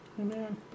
Amen